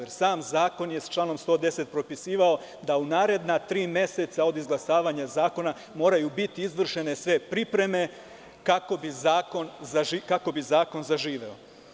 Jer sam Zakon je članom 110. propisivao da u naredna tri meseca od izglasavanja zakona moraju biti izvršene sve pripreme kako bi zakon zaživeo.